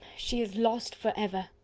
she is lost for ever.